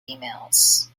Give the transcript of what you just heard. emails